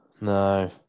No